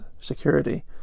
security